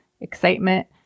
excitement